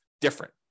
different